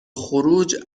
خروج